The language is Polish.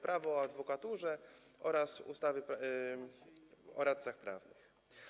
Prawo o adwokaturze oraz ustawy o radcach prawnych.